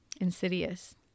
*Insidious*